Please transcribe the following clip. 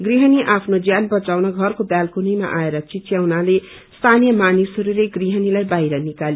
गृहणी आफ्नो ज्यान बचाउन घरको बालकोनीमा आएर चिच्याउनाले स्थानिय मानिसहस्ले गृहण्रीलाई बाहिर निकाले